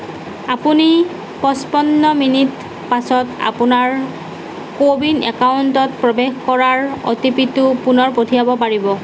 আপুনি পঁচপন্ন মিনিটৰ পাছত আপোনাৰ কোৱিন একাউণ্টত প্ৰৱেশ কৰাৰ অ'টিপি টো পুনৰ পঠিয়াব পাৰিব